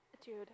Dude